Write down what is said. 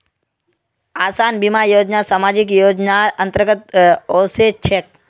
आसान बीमा योजना सामाजिक योजनार अंतर्गत ओसे छेक